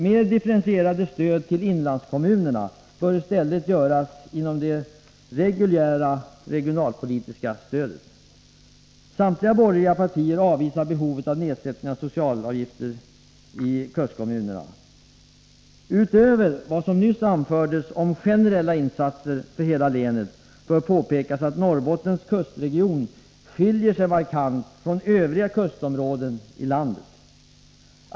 Mer differentierade stöd till inlandskommunerna bör i stället ges inom ramen för det reguljära regionalpolitiska stödet. Samtliga borgerliga partier avvisar kravet på nedsättning av socialavgifterna i kustkommunerna. Utöver vad som nyss anfördes om generella insatser för hela länet bör påpekas att Norrbottens kustområden skiljer sig markant från övriga kustområden i landet.